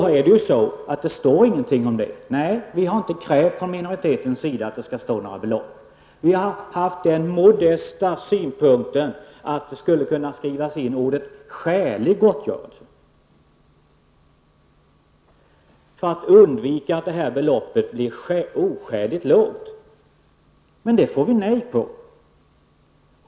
Nej, vi från minoritetens sida har inte krävt att det skall anges några belopp. Vi har haft den modesta synpunkten att orden ''skälig gottgörelse'' skulle kunna skrivas in, för att undvika att beloppet blir oskäligt lågt. Det får vi nej på.